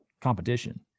competition